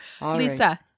Lisa